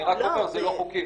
אני רק אומר שזה לא חוקי.